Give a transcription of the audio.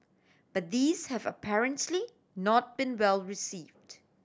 but these have apparently not been well received